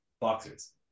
boxers